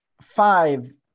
five